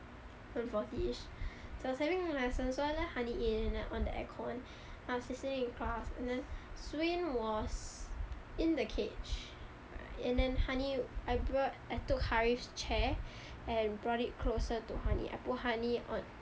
one forty-ish so I was having lesson so I let honey in then I on the aircon then I was listening to class and then swain was in the cage and then honey I brought I took harith chair and brought it closer to honey I put honey on